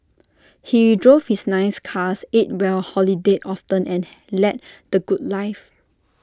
he drove his nice cars ate well holidayed often and led the good life